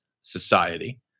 society